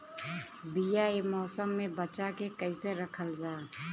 बीया ए मौसम में बचा के कइसे रखल जा?